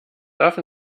darf